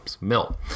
mill